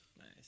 Nice